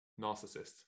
narcissist